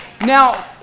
Now